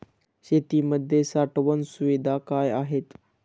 शेतीमध्ये साठवण सुविधा काय आहेत?